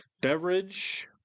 beverage